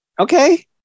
Okay